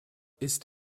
ist